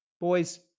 Boys